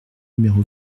numéro